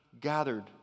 gathered